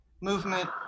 movement